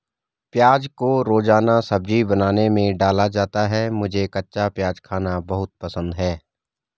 प्याज को रोजाना सब्जी बनाने में डाला जाता है मुझे कच्चा प्याज खाना बहुत पसंद है